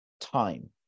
time